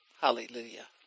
Hallelujah